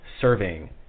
serving